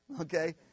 okay